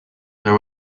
there